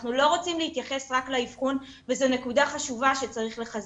אנחנו לא רוצים להתייחס רק לאבחון וזו נקודה חשובה שצריך לחזק.